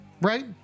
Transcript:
Right